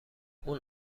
اون